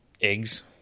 eggs